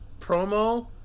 promo